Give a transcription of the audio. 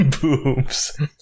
boobs